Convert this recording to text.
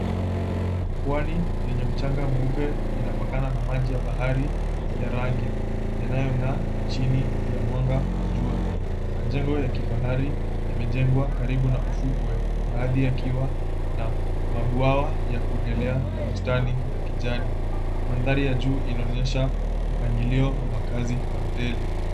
Pwani yenye mchanga mweupe inapakana na maji ya bahari ya rangi, yanayong'aa chini ya mwanga wa jua. Majengo ya kifahari yamejengwa karibu na ufukwe, baadhi yakiwa na mabwawa ya kuogelea na bustani la kijani. Mandhari ya juu inaonyesha mpangilio wa makazi na hoteli.